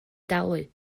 dalu